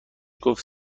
گفت